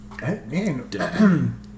Man